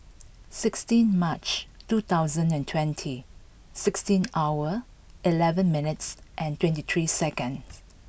sixteen March two thousand and twenty sixteen hour eleven minutes and twenty three seconds